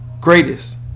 Greatest